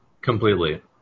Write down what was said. Completely